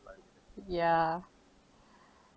yeah